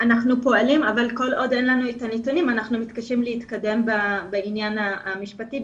אבל כל עוד אין לנו את הנתונים אנחנו מתקשים להתקדם בעניין המשפטי,